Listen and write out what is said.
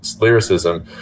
lyricism